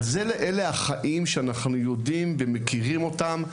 אלה החיים שאנחנו מכירים אותם,